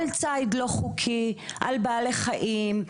אכיפה על צייד לא חוקי, על בעלי חיים,